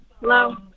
Hello